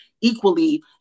equally